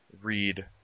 read